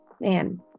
man